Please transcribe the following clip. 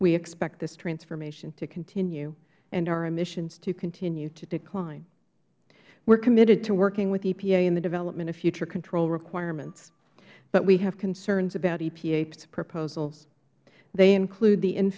we expect this transformation to continue and our emissions to continue to decline we are committed to working with epa in the development of future control requirements but we have concerns about epa's proposals they include the in